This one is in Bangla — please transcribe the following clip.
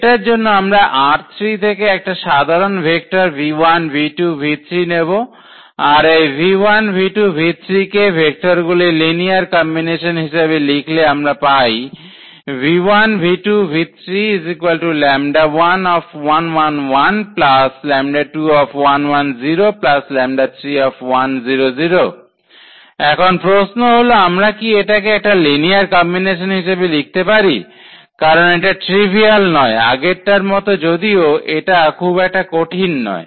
এটার জন্য আমরা ℝ3 থেকে একটা সাধারণ ভেক্টর নেব আর এই কে ভেক্টরগুলোর লিনিয়ার কম্বিনেশন হিসেবে লিখলে আমরা পাই এখন প্রশ্ন হলো আমরা কি এটাকে একটা লিনিয়ার কম্বিনেশন হিসাবে লিখতে পারি কারণ এটা ট্রিভিয়াল নয় আগেরটার মত যদিও এটা খুব একটা কঠিন নয়